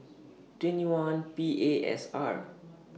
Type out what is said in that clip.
twenty one P A S R